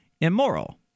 immoral